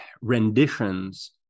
renditions